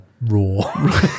raw